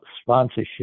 sponsorship